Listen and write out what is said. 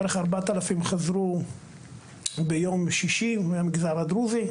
בערך 4,000 חזרו ביום שישי מהמגזר הדרוזי,